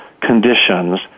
conditions